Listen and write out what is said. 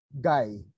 guy